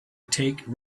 take